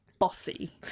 bossy